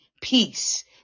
peace